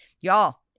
Y'all